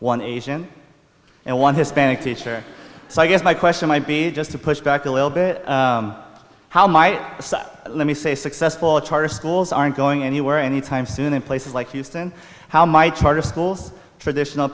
one asian and one hispanic teacher so i guess my question might be just to push back a little bit how might so let me say successful charter schools aren't going anywhere anytime soon in places like houston how my charter schools traditional